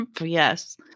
Yes